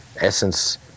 essence